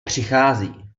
přichází